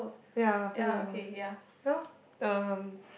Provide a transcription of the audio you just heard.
ya after A-levels ya lor um